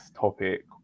topic